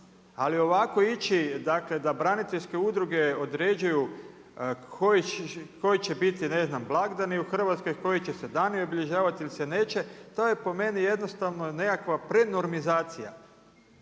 Ali ovako ići dakle da braniteljske udruge određuju koji će biti ne znam blagdani u Hrvatskoj, koji će se dani obilježavati ili se neće, to je po meni jednostavno nekakva prenormizacija.